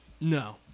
No